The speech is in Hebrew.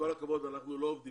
צרכי